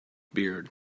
beard